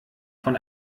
von